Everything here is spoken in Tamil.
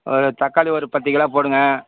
ஒரு தக்காளி ஒரு பத்து கிலோ போடுங்கள்